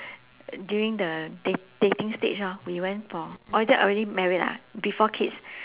during the date dating stage lor we went for or is it already married lah before kids